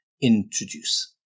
introduce